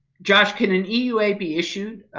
josh can an eua be issued